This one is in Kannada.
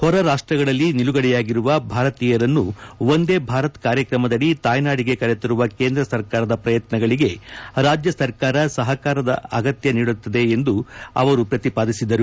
ಹೊರರಾಷ್ಟಗಳಲ್ಲಿ ನಿಲುಗಡೆಯಾಗಿರುವ ಭಾರತೀಯರನ್ನು ವಂದೇ ಭಾರತ್ ಕಾರ್ಯಕ್ರಮದಡಿ ತಾಯ್ನಾಡಿಗೆ ಕರೆತರುವ ಕೇಂದ್ರ ಸರ್ಕಾರದ ಪ್ರಯತ್ನಗಳಿಗೆ ರಾಜ್ಯ ಸರ್ಕಾರಗಳ ಸಹಕಾರ ಅಗತ್ನ ಎಂದು ಅವರು ಪ್ರತಿಪಾದಿಸಿದರು